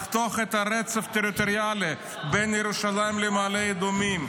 לחתוך את הרצף הטריטוריאלי בין ירושלים למעלה אדומים,